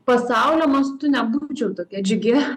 pasaulio mastu nebūčiau tokia džiugi